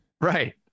right